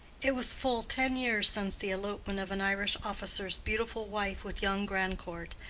it was full ten years since the elopement of an irish officer's beautiful wife with young grandcourt,